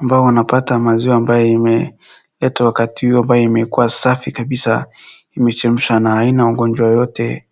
ambao wanapata maziwa ambaye imeletwa wakati huyu imekua safi kabisa imechemshwa na haina ugonjwa yoyote.